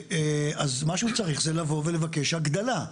אז מה שהוא צריך זה לבוא ולבקש הגדלה.